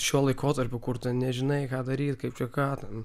šiuo laikotarpiu kur tu nežinai ką daryt kaip čia ką ten